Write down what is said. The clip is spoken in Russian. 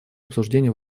обсуждению